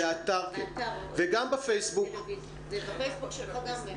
גם בפייסבוק שלך ראיתי.